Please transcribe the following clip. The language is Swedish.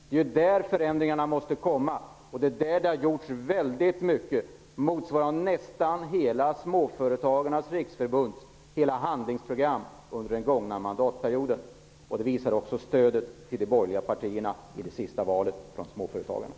Det är ju där förändringarna måste göras. Det är där det har gjorts väldigt mycket, motsvarande nästan hela Småföretagarnas Riksförbunds hela handlingsprogram, under den gångna mandatperioden. Det visar också det senaste valets stöd till de borgerliga partierna från småföretagarna.